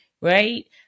right